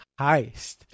heist